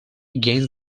against